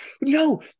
No